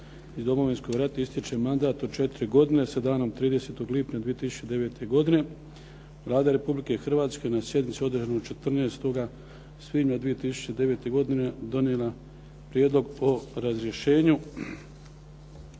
iz Domovinskog rata ističe mandat od 4 godine, sa danom 30. lipnja 2009. godine Vlada Republike Hrvatske na sjednici održanoj 14. svibnja 2009. godine donijela je Prijedlog o razrješenju